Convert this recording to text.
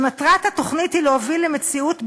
שמטרת התוכנית היא להוביל למציאות ביטחונית,